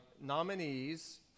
nominees